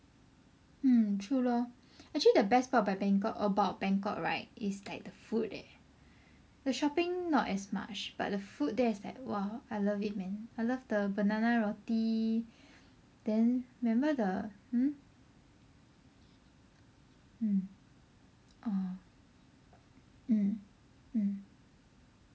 mm true lor actually the best part by Bangkok about Bangkok right is like the food leh the shopping not as much but the food there is like !wah! I love it man I love the bananna roti then remember the hmm mm orh mm mm